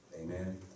Amen